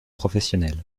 professionnel